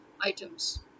items